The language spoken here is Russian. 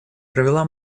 провела